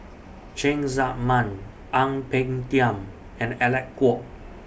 Cheng Tsang Man Ang Peng Tiam and Alec Kuok